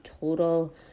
total